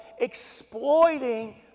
exploiting